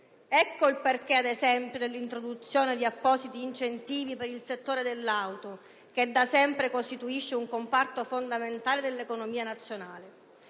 ecco il perché, ad esempio, dell'introduzione di appositi incentivi per il settore dell'auto, che da sempre costituisce un comparto fondamentale dell'economia nazionale.